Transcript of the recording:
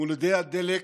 מול אדי הדלק